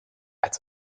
als